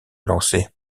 lancer